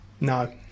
No